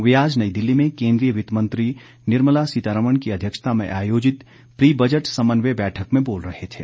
वे आज नई दिल्ली में केंद्रीय वित्त मंत्री निर्मला सीतारमण की अध्यक्षता में आयोजित प्री बजट समन्वय बैठक में बोल रहे थे